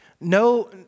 No